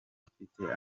mfite